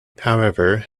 however